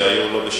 שלא היו בשימוש.